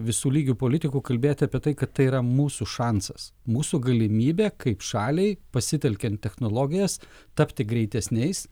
visų lygių politikų kalbėti apie tai kad tai yra mūsų šansas mūsų galimybė kaip šaliai pasitelkiant technologijas tapti greitesniais